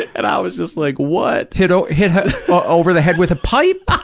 and i was just like, what? hit over hit ah over the head with a pipe?